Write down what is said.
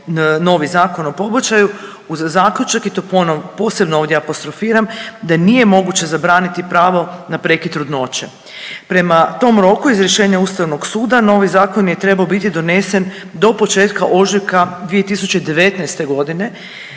novi Zakon o pobačaju uz zaključak i to posebno ovdje apostrofiram da nije moguće zabraniti pravo na prekid trudnoće. Prema tom roku iz rješenja Ustavnog suda novi zakon je trebao biti donesen do početka ožujka 2019. godine.